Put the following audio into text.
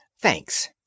Thanks